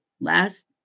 last